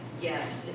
yes